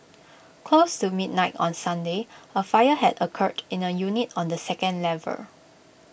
close to midnight on Sunday A fire had occurred in A unit on the second level